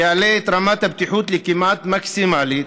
שיעלה את רמת הבטיחות לכמעט מקסימלית,